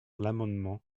l’amendement